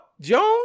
Jones